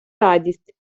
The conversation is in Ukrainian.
радість